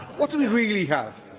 what do we really have,